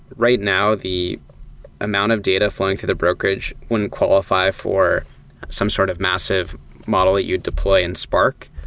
right now, the amount of data flowing through the brokerage wouldn't qualify for some sort of massive model you deploy in spark.